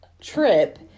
trip